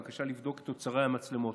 בקשה לבדוק את תוצרי המצלמות.